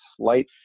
slight